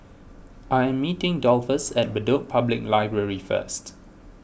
I am meeting Dolphus at Bedok Public Library first